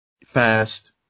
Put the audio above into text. Fast